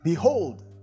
Behold